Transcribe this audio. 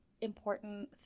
important